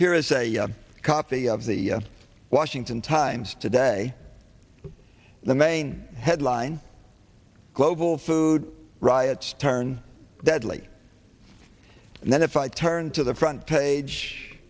is a copy of the washington times today the main headline global food riots turn deadly and then if i turn to the front page